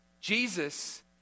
Jesus